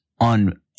on